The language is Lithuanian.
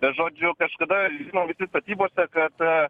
žodžiu kažkada žinom visi statybose kada